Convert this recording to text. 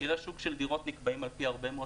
מחירי שוק של דירות נקבעים על-פי הרבה מאוד